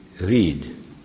read